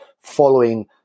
following